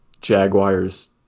Jaguars